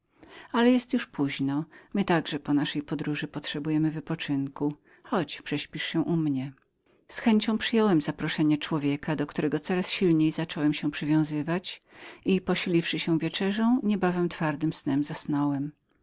ale już jest późno my także po naszej podróży potrzebujemy wypoczynku chodź przespisz się u mnie z chęcią przyjąłem zaproszenie człowieka do którego co raz silniej zacząłem się przywiązywać i posiliwszy się wieczerzą niebawem twardym snem zasnąłem